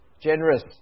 generous